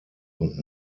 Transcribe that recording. und